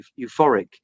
euphoric